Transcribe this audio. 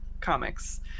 comics